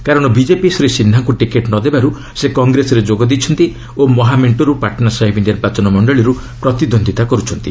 କାରଣ ବିଜେପି ଶ୍ରୀ ସିହ୍ନାଙ୍କୁ ଟିକେଟ୍ ନ ଦେବାରୁ ସେ କଂଗ୍ରେସରେ ଯୋଗ ଦେଇଛନ୍ତି ଓ ମହାମେଣ୍ଟରୁ ପାଟନା ସାହିବ ନିର୍ବାଚନ ମଣ୍ଡଳୀରୁ ପ୍ରତିଦ୍ୱନ୍ଦିତା କରୁଛନ୍ତି